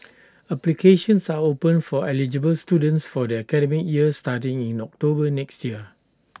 applications are open for eligible students for their academic year starting in October next year